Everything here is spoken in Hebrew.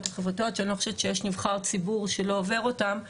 החברתיות שאני לא חושבת שיש נבחר ציבור שלא עובר אותם,